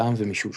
טעם ומישוש.